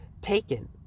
taken